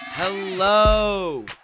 Hello